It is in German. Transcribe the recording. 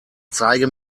zeige